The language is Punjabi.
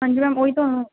ਹਾਂਜੀ ਮੈਮ ਉਹ ਹੀ ਤੁਹਾਨੂੰ